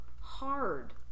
hard